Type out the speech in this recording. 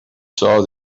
saw